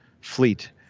fleet